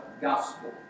gospel